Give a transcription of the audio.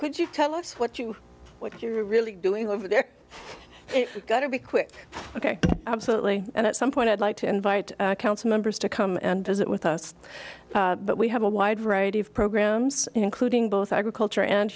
could you tell us what you what you're really doing over there got to be quick ok absolutely and at some point i'd like to invite council members to come and visit with us but we have a wide variety of programs including both agriculture and